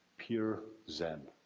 pure zen.